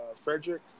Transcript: Frederick